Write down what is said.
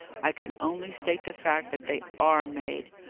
i can only state the fact that they are made.